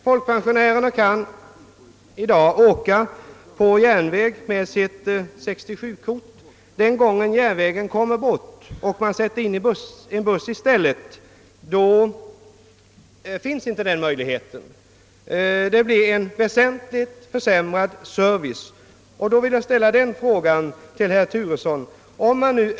Folkpensionärer kan i dag åka billigare på järnväg med sitt 67-kort. Den gång järnvägen försvinner och en buss sätts in i stället finns inte denna möjlighet. Det blir alltså en väsentligt försämrad service.